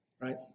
right